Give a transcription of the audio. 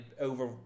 over